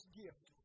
gift